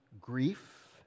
grief